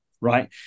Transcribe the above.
right